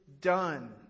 done